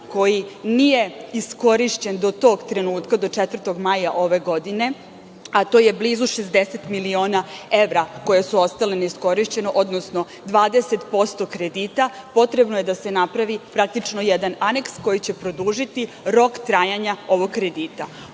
koji nije iskorišćen do tog trenutak, do 4. maja ove godine, a to je blizu 60 miliona evra koje su ostale neiskorišćene, odnosno 20% kredita, potrebno je da se napravi praktično jedan aneks koji će produžiti rok trajanja ovog kredita. Ono